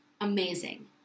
amazing